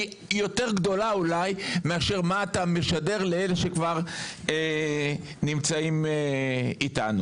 היא יותר גדולה אולי מאשר מה אתה משדר לאלה שכבר נמצאים איתנו.